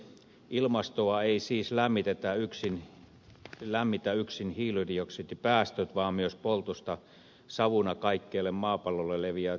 ilmastoa eivät siis lämmitä yksin hiilidioksidipäästöt vaan myös poltosta savuna kaikkialle maapallolle leviävät pienhiukkaset ja noki